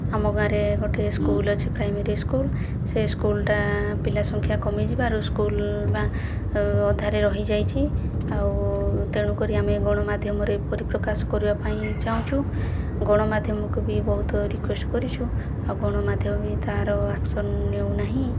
ଆମ ଗାଁରେ ଗୋଟିଏ ସ୍କୁଲ ଅଛି ପ୍ରାଇମେରୀ ସ୍କୁଲ ସେଇ ସ୍କୁଲଟା ପିଲା ସଂଖ୍ୟା କମି ଯିବାରୁ ସ୍କୁଲ ବା ଅଧାରେ ରହିଯାଇଛି ଆଉ ତେଣୁ କରି ଆମେ ଗଣମାଧ୍ୟମରେ ପରିପ୍ରକାଶ କରିବା ପାଇଁ ଚାହୁଁଛୁ ଗଣମାଧ୍ୟମକୁ ବି ବହୁତ ରିକ୍ୱେଷ୍ଟ କରିଛୁ ଆଉ ଗଣମାଧ୍ୟମବି ତାର ଆକ୍ସନ ନେଉନାହିଁ